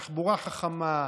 תחבורה חכמה,